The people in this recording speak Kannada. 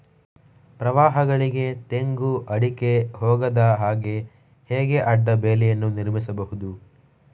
ಪ್ರವಾಹಗಳಿಗೆ ತೆಂಗು, ಅಡಿಕೆ ಹೋಗದ ಹಾಗೆ ಹೇಗೆ ಅಡ್ಡ ಬೇಲಿಯನ್ನು ನಿರ್ಮಿಸಬಹುದು?